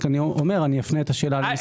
אני אומר שאני אפנה את השאלה למשרד החינוך.